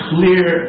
clear